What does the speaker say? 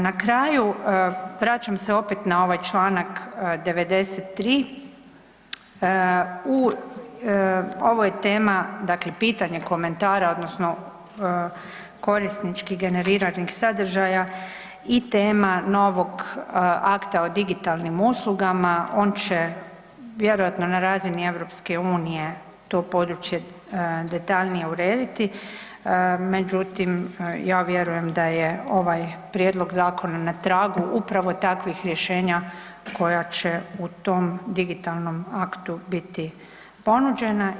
Na kraju vraćam se opet na ovaj čl. 93., ovo je tema dakle pitanje komentara odnosno korisnički generiranih sadržaja i tema novog akta o digitalnim uslugama, on će vjerojatno na razini EU to područje detaljnije urediti, međutim ja vjerujem da je ovaj prijedlog zakona upravo na tragu takvih rješenja koja će u tom digitalnom aktu biti ponuđena.